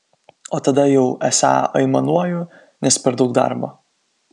o tada jau esą aimanuoju nes per daug darbo